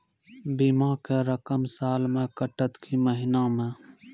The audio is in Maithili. बीमा के रकम साल मे कटत कि महीना मे?